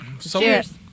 cheers